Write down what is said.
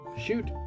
shoot